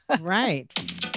Right